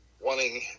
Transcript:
wanting